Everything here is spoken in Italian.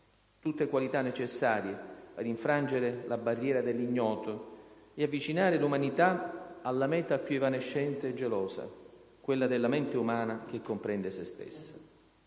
tutte qualità necessarie ad infrangere la barriera dell'ignoto e ad avvicinare l'umanità alla meta più evanescente e gelosa, quella della mente umana che comprende se stessa.